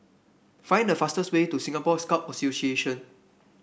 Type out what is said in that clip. find the fastest way to Singapore Scout Association